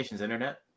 internet